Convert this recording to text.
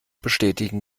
bestätigen